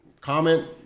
comment